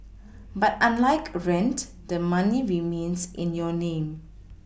but unlike rent the money remains in your name